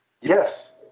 Yes